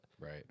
right